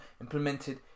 implemented